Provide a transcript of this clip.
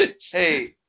hey